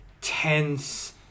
tense